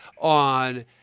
on